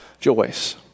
Joyce